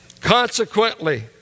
Consequently